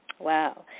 Wow